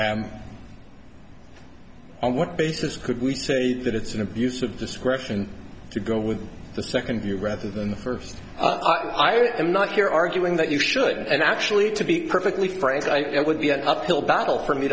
what basis could we say that it's an abuse of discretion to go with the second view rather than the first i am not here arguing that you should and actually to be perfectly frank i would be an uphill battle for me